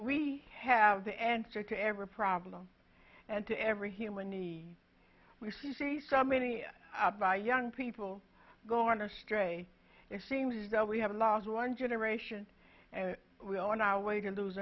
we have the answer to every problem and to every human need we see so many of our young people go on or stray it seems as though we have lost one generation and will on our way to lose